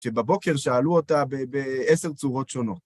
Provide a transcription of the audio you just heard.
שבבוקר שאלו אותה בעשר צורות שונות.